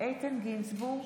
איתן גינזבורג,